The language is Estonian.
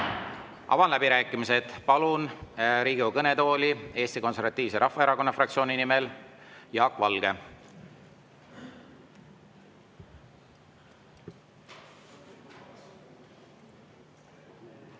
läbirääkimised. Palun Riigikogu kõnetooli Eesti Konservatiivse Rahvaerakonna fraktsiooni nimel Jaak Valge.